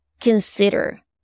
consider